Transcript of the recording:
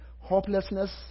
hopelessness